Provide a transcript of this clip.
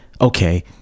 okay